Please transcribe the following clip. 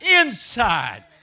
inside